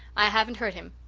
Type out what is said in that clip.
i haven't heard him.